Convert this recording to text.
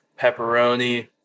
pepperoni